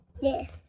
Yes